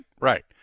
Right